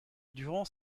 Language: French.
durant